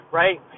right